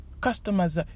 customers